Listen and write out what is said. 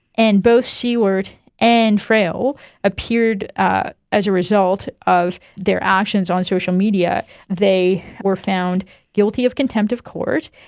and both sewart and fraill appeared ah as a result of their actions on social media. they were found guilty of contempt of court,